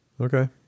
Okay